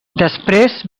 després